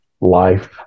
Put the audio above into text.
life